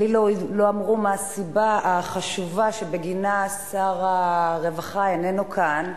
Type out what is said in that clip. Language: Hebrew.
כי לא אמרו מה הסיבה החשובה שבגינה שר הרווחה איננו כאן,